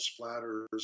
splatters